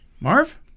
Marv